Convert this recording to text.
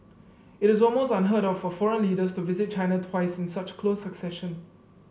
it is almost unheard of for foreign leaders to visit China twice in such close succession